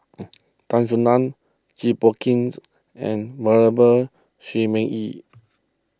Tan Soo Nan Jit Ch'ng and Venerable Shi Ming Yi